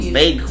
big